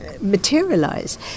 materialise